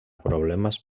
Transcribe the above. problemes